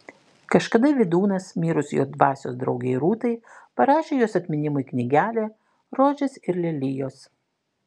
kažkada vydūnas mirus jo dvasios draugei rūtai parašė jos atminimui knygelę rožės ir lelijos